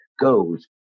goes